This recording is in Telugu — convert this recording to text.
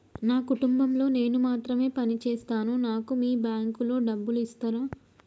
నా కుటుంబం లో నేను మాత్రమే పని చేస్తాను నాకు మీ బ్యాంకు లో డబ్బులు ఇస్తరా?